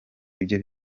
ibyo